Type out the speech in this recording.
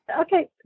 okay